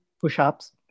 Push-ups